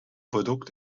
produkt